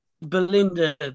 Belinda